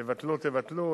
תבטלו, תבטלו.